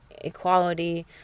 equality